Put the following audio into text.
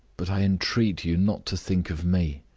but i entreat you not to think of me.